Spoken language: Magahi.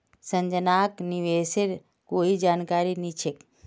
संजनाक निवेशेर कोई जानकारी नी छेक